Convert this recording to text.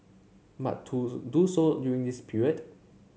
but to do so during this period